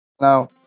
Now